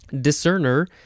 Discerner